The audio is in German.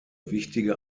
wichtige